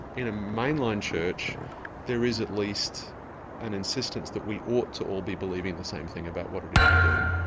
in a mainline church there is at least an insistence that we ought to all be believing the same thing about what it is we do.